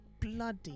bloody